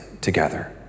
together